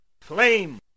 flame